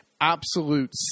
absolute